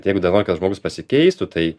jeigu dar nori kad žmogus pasikeistų tai